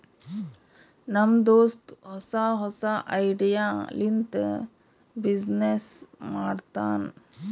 ನಮ್ ದೋಸ್ತ ಹೊಸಾ ಹೊಸಾ ಐಡಿಯಾ ಲಿಂತ ಬಿಸಿನ್ನೆಸ್ ಮಾಡ್ತಾನ್